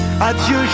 Adieu